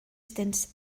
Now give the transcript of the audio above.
stints